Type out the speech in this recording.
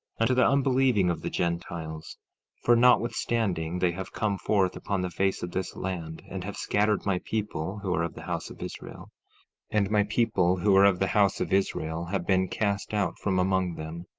unto the unbelieving of the gentiles for notwithstanding they have come forth upon the face of this land, and have scattered my people who are of the house of israel and my people who are of the house of israel have been cast out from among them,